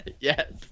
Yes